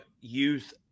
youth